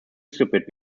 stupid